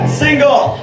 single